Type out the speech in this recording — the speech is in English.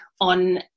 on